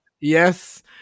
Yes